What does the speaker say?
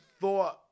thought